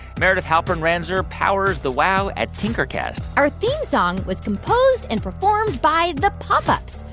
meredith halpern-ranzer powers the wow at tinkercast our theme song was composed and performed by the pop ups.